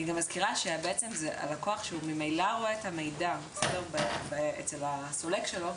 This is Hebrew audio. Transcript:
גם מזכירה שהלקוח שהוא ממילא רואה את המידע אצל הסולק שלו,